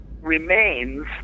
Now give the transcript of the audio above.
remains